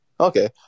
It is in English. Okay